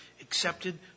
accepted